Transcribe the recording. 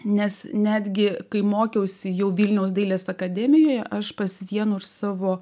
nes netgi kai mokiausi jau vilniaus dailės akademijoje aš pas vienus savo